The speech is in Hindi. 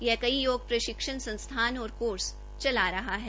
यह कई योग प्रशिक्षण संस्थान और कोर्स चला रहा है